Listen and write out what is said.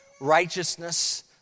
righteousness